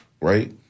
right